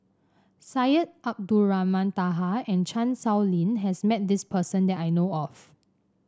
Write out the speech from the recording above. Syed Abdulrahman Taha and Chan Sow Lin has met this person that I know of